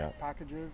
packages